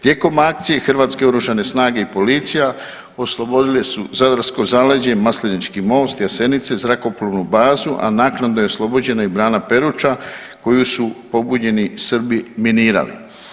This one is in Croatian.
Tijekom akcije Hrvatske oružane snage i policija oslobodile su zadarsko zaleđe i Maslenički most, Jasenice, Zrakoplovnu bazu a naknadno je oslobođena i brana Peruča koju su pobunjeni Srbi minirali.